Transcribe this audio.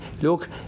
look